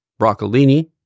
broccolini